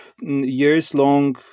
years-long